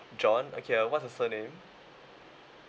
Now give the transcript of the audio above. john okay uh what's your surname